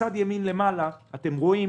בצד ימין למעלה אתם רואים